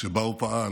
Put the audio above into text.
שבה הוא פעל